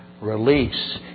Release